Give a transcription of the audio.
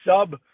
sub